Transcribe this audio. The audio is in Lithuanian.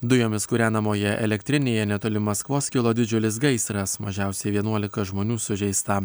dujomis kūrenamoje elektrinėje netoli maskvos kilo didžiulis gaisras mažiausiai vienuolika žmonių sužeista